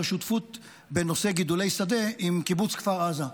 שותפות בנושא גידולי שדה עם קיבוץ כפר עזה.